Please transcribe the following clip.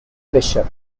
bishop